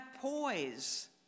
poise